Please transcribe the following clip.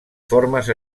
formes